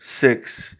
six